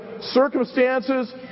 circumstances